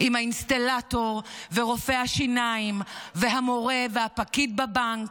עם האינסטלטור ורופא השיניים והמורה והפקיד בבנק,